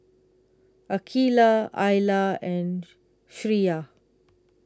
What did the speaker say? Aqeelah Alya and Syirah